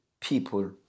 people